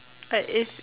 but if